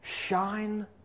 shine